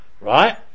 right